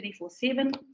24-7